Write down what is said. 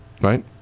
Right